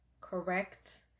correct